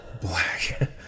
Black